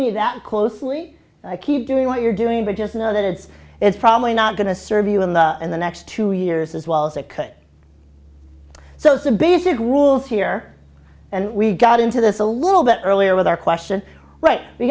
me that closely keep doing what you're doing but just know that it's probably not going to serve you in the end the next two years as well as it could so some basic rules here and we got into this a little bit earlier with our question right